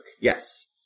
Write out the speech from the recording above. Yes